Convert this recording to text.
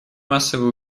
массовые